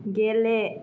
गेले